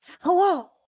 Hello